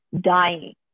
dying